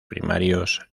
primarios